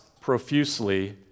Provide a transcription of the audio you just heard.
profusely